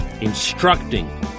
instructing